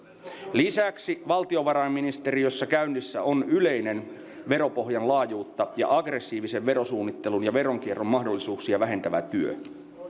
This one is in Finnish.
lisäksi valtiovarainministeriössä käynnissä on yleinen veropohjan laajuutta koskeva ja aggressiivisen verosuunnittelun ja veronkierron mahdollisuuksia vähentävä työ